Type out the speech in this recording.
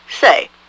Say